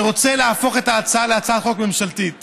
שרוצים להפוך את הצעת החוק להצעה ממשלתית,